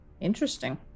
Interesting